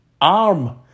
arm